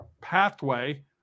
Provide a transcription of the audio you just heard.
pathway